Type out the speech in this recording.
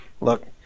look